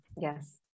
Yes